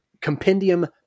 compendium